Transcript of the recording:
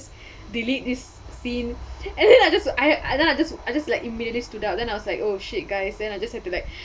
delete this scene and then I just I I then I just I just like immediately stood out then I was like oh shit guys then I just have to like